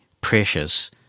precious